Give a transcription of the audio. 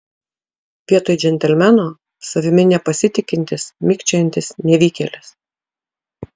vietoj džentelmeno savimi nepasitikintis mikčiojantis nevykėlis